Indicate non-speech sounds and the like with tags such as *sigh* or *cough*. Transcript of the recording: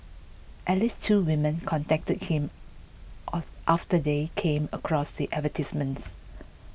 at least two women contacted him *unintelligible* after they came across the advertisements